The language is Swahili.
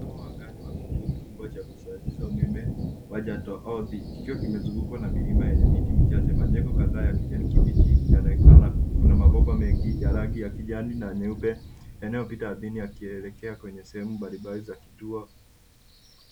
...wa ngani wa kituo kikubwa cha kusawazisha umeme uwanja toodhi kikiwa kimezungukwa na milima yenye miti michache. Majengo kadhaa ya kijani kibichi yanaonekana. Kuna mabomba mengi ya rangi ya kijani na nyeupe yanayopita ardhini yakielekea kwenye sehemu mbalimbali za kituo.